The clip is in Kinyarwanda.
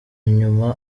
nyuma